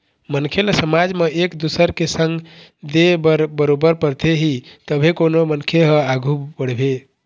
मनखे ल समाज म एक दुसर के संग दे बर बरोबर परथे ही तभे कोनो मनखे ह आघू बढ़थे